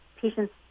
patients